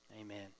amen